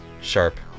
sharp